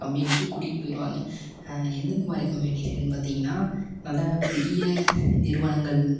கம்பெனிக்கு கூட்டிகிட்டு போயிருவாங்க எந்த எந்த மாதிரி கம்பெனி இருக்குதுனு பார்த்திங்கனா நல்ல பெரிய நிறுவனங்கள்